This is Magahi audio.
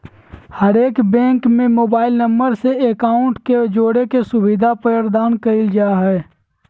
हरेक बैंक में मोबाइल नम्बर से अकाउंट के जोड़े के सुविधा प्रदान कईल जा हइ